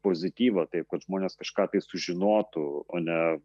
pozityvą taip kad žmonės kažką tai sužinotų o ne